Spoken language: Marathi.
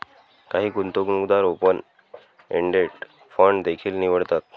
काही गुंतवणूकदार ओपन एंडेड फंड देखील निवडतात